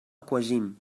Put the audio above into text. aquagym